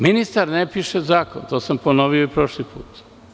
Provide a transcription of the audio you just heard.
Ministar ne piše zakon, to sam ponovio i prošli put.